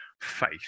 faith